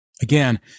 Again